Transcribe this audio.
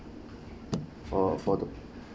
for for the